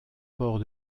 port